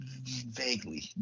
Vaguely